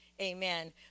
Amen